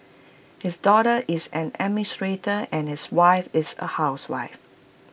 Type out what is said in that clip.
his daughter is an administrator and his wife is A housewife